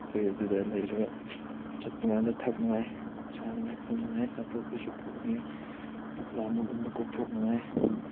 ꯑꯩꯈꯣꯏ ꯑꯗꯨꯗ ꯂꯩꯔꯒ ꯆꯠꯄꯀꯥꯟꯗ ꯊꯛꯅꯤꯡꯉꯥꯏ ꯆꯥꯅꯤꯡꯉꯥꯏ ꯊꯛꯅꯤꯡꯉꯥꯏ ꯑꯆꯥꯄꯣꯠ ꯈꯣꯏꯁꯨ ꯄꯨꯅꯤ ꯄꯨꯛꯂꯥꯝꯕꯒꯨꯝꯕ ꯀꯣꯛꯊꯣꯛꯅꯤꯡꯉꯥꯏ